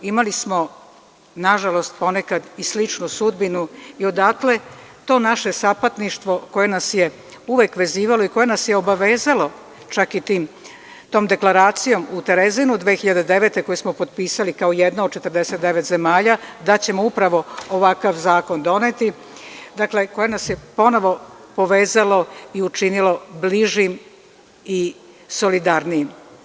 Imali smo, nažalost, ponekad i sličnu sudbinu i odatle to naše sapatništvo koje nas je uvek vezivalo i koje nas je obavezalo čak i tom Deklaracijom u Terezinu 2009. godine koju smo potpisali kao jedna od 49 zemalja, da ćemo upravo ovakav zakon doneti, dakle, to nas je ponovo povezalo i učinilo bližim i solidarnijim.